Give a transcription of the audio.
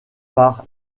par